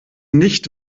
nicht